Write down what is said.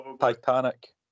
Titanic